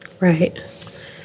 Right